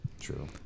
true